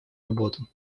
работу